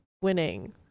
winning